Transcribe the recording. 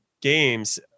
games